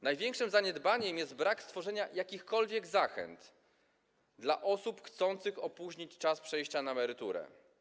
Największym zaniedbaniem jest brak stworzenia jakichkolwiek zachęt dla osób chcących opóźnić czas przejścia na emeryturę.